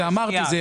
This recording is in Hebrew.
זה אמרתי,